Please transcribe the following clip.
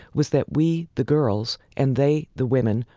was that we, the girls, and they, the women,